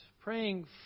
praying